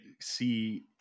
see